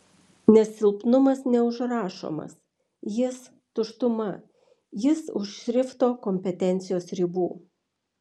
nes silpnumas neužrašomas jis tuštuma jis už šrifto kompetencijos ribų